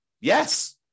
Yes